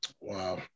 Wow